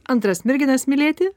antras merginas mylėti